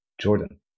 Jordan